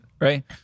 right